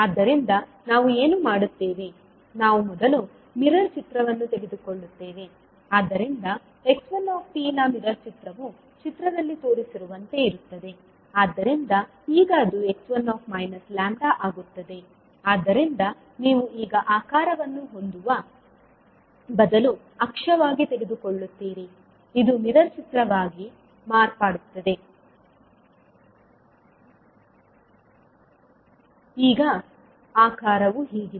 ಆದ್ದರಿಂದ ನಾವು ಏನು ಮಾಡುತ್ತೇವೆ ನಾವು ಮೊದಲು ಮಿರರ್ ಚಿತ್ರವನ್ನು ತೆಗೆದುಕೊಳ್ಳುತ್ತೇವೆ ಆದ್ದರಿಂದ x1t ನ ಮಿರರ್ ಚಿತ್ರವು ಚಿತ್ರದಲ್ಲಿ ತೋರಿಸಿರುವಂತೆ ಇರುತ್ತದೆ ಆದ್ದರಿಂದ ಈಗ ಅದು x1 λ ಆಗುತ್ತದೆ ಆದ್ದರಿಂದ ನೀವು ಈಗ ಆಕಾರವನ್ನು ಹೊಂದುವ ಬದಲು ಅಕ್ಷವಾಗಿ ತೆಗೆದುಕೊಳ್ಳುತ್ತೀರಿ ಇದು ಮಿರರ್ ಚಿತ್ರವಾಗಿ ಮಾರ್ಪಟ್ಟಿದೆ ಈಗ ಆಕಾರವು ಹೀಗಿದೆ